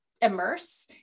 immerse